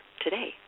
today